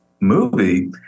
movie